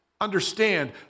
understand